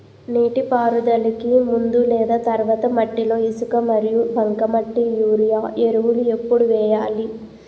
నీటిపారుదలకి ముందు లేదా తర్వాత మట్టిలో ఇసుక మరియు బంకమట్టి యూరియా ఎరువులు ఎప్పుడు వేయాలి?